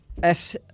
-S